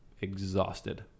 exhausted